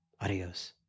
Adios